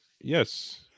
yes